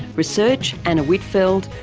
research anna whitfeld,